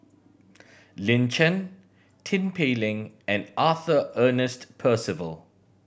Lin Chen Tin Pei Ling and Arthur Ernest Percival